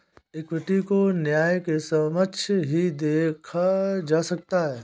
equity को न्याय के समक्ष ही देखा जा सकता है